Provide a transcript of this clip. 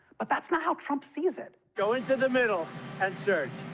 but that's not how trump sees it. go into the middle and search.